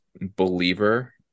Believer